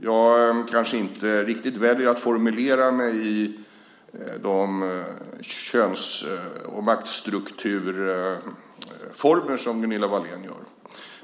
Jag väljer kanske inte att formulera mig i de köns och maktstrukturformler som Gunilla Wahlén gör.